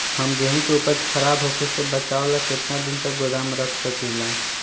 हम गेहूं के उपज खराब होखे से बचाव ला केतना दिन तक गोदाम रख सकी ला?